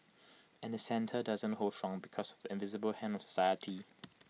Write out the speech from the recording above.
and the centre doesn't hold strong because of the invisible hand of society